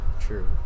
true